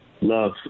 Love